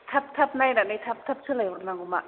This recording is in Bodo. थाब थाब नायनानै थाब थाब सोलायहरनांगौ मा